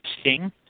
sting